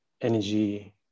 energy